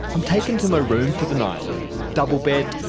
i'm taken to my room for the night double bed,